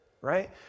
right